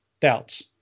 doubts